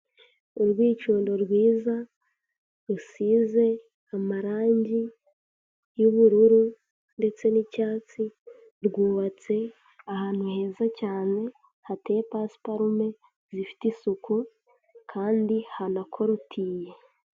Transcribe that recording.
Urwicundo rwiza rusize amarangi y'ubururu ndetse n'icyatsi, rwubatse ahantu heza cyane hateye pasiparume zifite isuku kandi hanakorotiye.